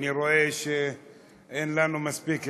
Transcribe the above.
אני רואה שאין לנו מספיק ערנות.